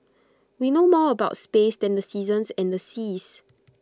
we know more about space than the seasons and the seas